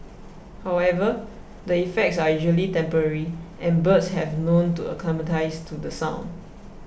however the effects are usually temporary and birds have known to acclimatise to the sound